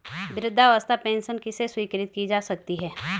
वृद्धावस्था पेंशन किसे स्वीकृत की जा सकती है?